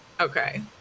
Okay